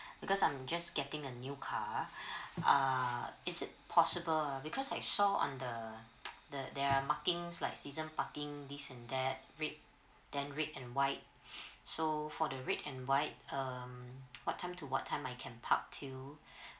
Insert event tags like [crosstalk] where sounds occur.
because I'm just getting a new car [breath] uh is it possible because I saw on the [noise] the there are markings like season parking this and that red then red and white [breath] so for the red and white um what time to what time I can park to [breath]